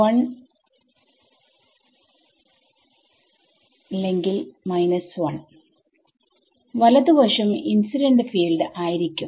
1 1 വലതുവശം incident field ആയിരിക്കും